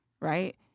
right